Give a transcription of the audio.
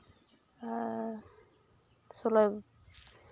ᱟᱨ ᱥᱳᱞᱳ